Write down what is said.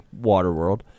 Waterworld